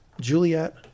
Juliet